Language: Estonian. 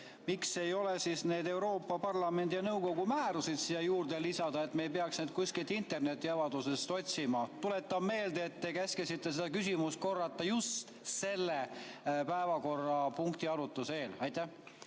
miks ei ole neid Euroopa Parlamendi ja nõukogu määruseid siia juurde lisatud, et me ei peaks neid kuskilt internetiavarustest otsima? Tuletan meelde, et te käskisite seda küsimust korrata just selle päevakorrapunkti arutuse eel. Mure